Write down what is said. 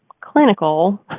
clinical